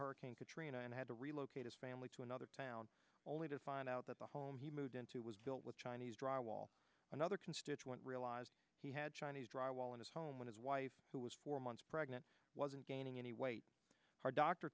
hurricane katrina and had to relocate his family to another town only to find out that the home he moved into was built with chinese drywall another constituent realized he had chinese drywall in his home when his wife who was four months pregnant wasn't gaining any weight her doctor